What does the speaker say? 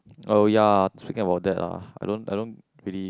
oh ya speaking about that ah I don't I don't really